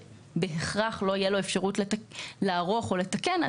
שבהכרח לא תהיה לו אפשרות לערוך או לתקן,